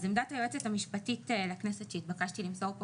עמדת היועצת המשפטית של הכנסת שהתבקשתי למסור פה